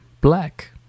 black